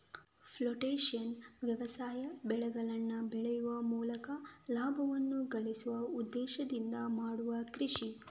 plantation ವ್ಯವಸಾಯ ಬೆಳೆಗಳನ್ನ ಬೆಳೆಯುವ ಮೂಲಕ ಲಾಭವನ್ನ ಗಳಿಸುವ ಉದ್ದೇಶದಿಂದ ಮಾಡುವ ಕೃಷಿ